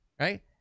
Right